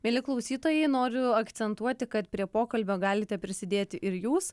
mieli klausytojai noriu akcentuoti kad prie pokalbio galite prisidėti ir jūs